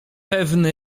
pewny